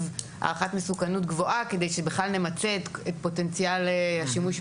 הערכת מסוכנות גבוהה כדי שבכלל נמצה את פוטנציאל השימו .